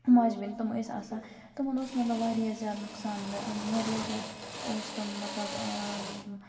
ماجہِ بٮ۪نہِ تِم ٲسۍ آسان تِمَن اوس مطلب واریاہ زیادٕ نۄقصان واریاہ زیادٕ اوس تِم مطلب